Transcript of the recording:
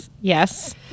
Yes